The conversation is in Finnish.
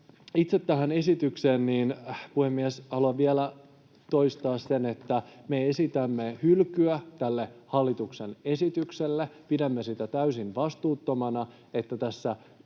itse tähän esitykseen, puhemies: Haluan vielä toistaa sen, että me esitämme hylkyä tälle hallituksen esitykselle. Pidämme sitä täysin vastuuttomana, että tässä